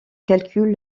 calcul